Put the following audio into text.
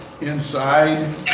inside